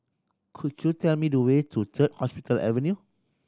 could you tell me the way to Third Hospital Avenue